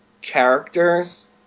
characters